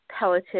pelleted